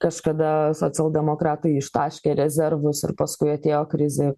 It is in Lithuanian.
kažkada socialdemokratai ištaškė rezervus ir paskui atėjo krizė